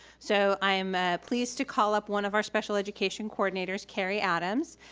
so i'm pleased to call up one of our special education coordinators, kari adams,